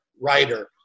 writer